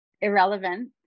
irrelevant